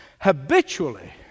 habitually